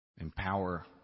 empower